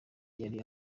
yari